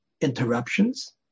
interruptions